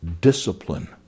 discipline